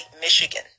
Michigan